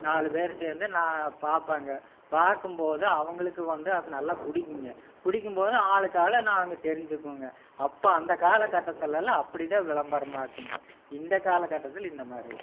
நாலு பேர் சேர்ந்து நான் பார்ப்பாங்க பார்க்கும்போது அவங்களுக்கு வந்து அது நல்லா பிடிக்குங்க பிடிக்கும்போது ஆளுக்கு ஆள் நாங்கள் தெரிஞ்சுக்குவோங்க அப்போ அந்த கால கட்டத்திலெலாம் அப்படிதான் விளம்பரமாக இருக்குங்க இந்தக் கால கட்டத்தில் இந்த மாதிரி